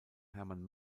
herman